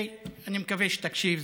ואני מקווה שתקשיב,